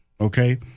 okay